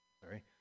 sorry